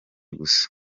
gusa